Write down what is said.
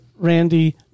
Randy